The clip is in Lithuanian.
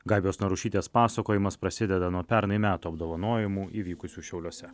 gabijos narušytės pasakojimas prasideda nuo pernai metų apdovanojimų įvykusių šiauliuose